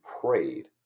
prayed